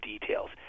details